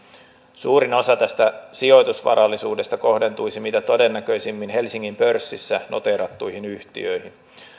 suurin osa tästä sijoitusvarallisuudesta kohdentuisi mitä todennäköisimmin helsingin pörssissä noteerattuihin yhtiöihin